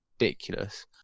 ridiculous